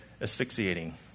asphyxiating